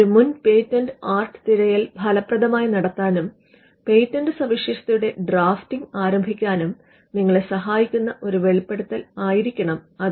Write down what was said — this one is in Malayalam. ഒരു മുൻ പേറ്റന്റ് ആർട്ട് തിരയൽ ഫലപ്രദമായി നടത്താനും പേറ്റൻറ് സവിശേഷതയുടെ ഡ്രാഫ്റ്റിംഗ് ആരംഭിക്കാനും നിങ്ങളെ സഹായിക്കുന്ന ഒരു വെളിപ്പെടുത്തൽ ആയിരിക്കണം അത്